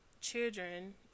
children